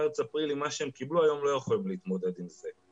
במרץ-אפריל עם מה שהם קיבלו היום לא יכולים להתמודד עם זה.